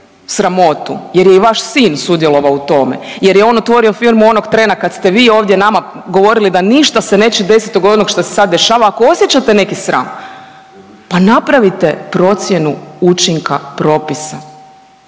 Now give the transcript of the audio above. sramotu jer je i vaš sin sudjelovao u tome jer je on otvorio firmu onog trena kad ste vi ovdje nama govorili da ništa se neće desiti od onog što se sad dešava ako osjećate neki sram pa napravite procjenu učinka propisa,